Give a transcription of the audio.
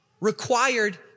required